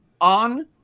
on